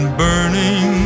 burning